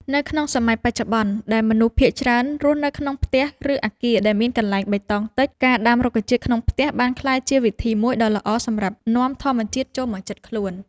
នៅក្នុងសម័យបច្ចុប្បន្ន ដែលមនុស្សភាគច្រើនរស់នៅក្នុងផ្ទះ ឬអគារដែលមានកន្លែងបៃតងតិច ការដាំរុក្ខជាតិក្នុងផ្ទះបានក្លាយជាវិធីមួយដ៏ល្អសម្រាប់នាំធម្មជាតិចូលមកជិតខ្លួន។